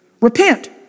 repent